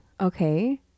Okay